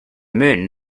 moon